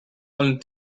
only